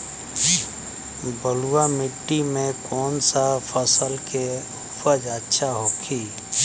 बलुआ मिट्टी में कौन सा फसल के उपज अच्छा होखी?